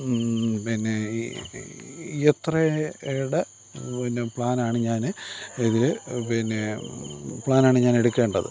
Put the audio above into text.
പിന്നെ ഈ എത്രയുടെ പിന്നെ പ്ലാനാണ് ഞാൻ ഇതിൽ പിന്നെ പ്ലാനാണ് ഞാനെടുക്കേണ്ടത്